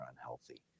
unhealthy